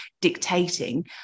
dictating